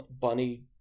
bunny